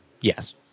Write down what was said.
Yes